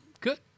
Good